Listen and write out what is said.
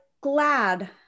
glad